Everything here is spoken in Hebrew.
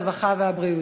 הרווחה והבריאות.